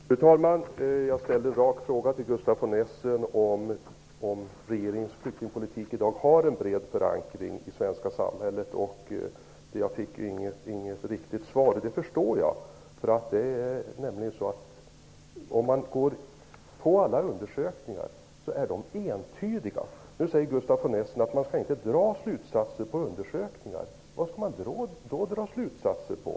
Fru talman! Jag ställde en rak fråga till Gustaf von Essen om regeringens flyktingpolitik har en bred förankring i det svenska samhället i dag. Jag fick inget riktigt svar. Det förstår jag. Alla undersökningar om detta är entydiga. Nu säger Gustaf von Essen att vi inte skall dra slutsatser av undersökningar. Vad skall man då dra slutsatser av?